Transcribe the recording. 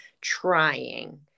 trying